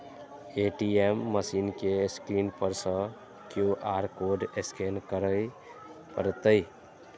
ATM machine के screen पर सं क्यू.आर कोड स्कैन करय पड़तै